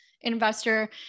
investor